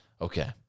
Okay